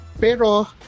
pero